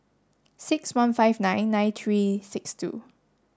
six one five nine nine three six two